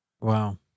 Wow